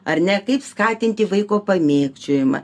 ar ne kaip skatinti vaiko pamėgdžiojimą